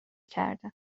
کردم